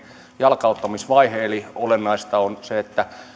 jalkauttamisvaihe olennaista on se että